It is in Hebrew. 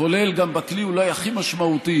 כולל בכלי אולי הכי משמעותי,